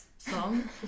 song